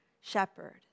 shepherd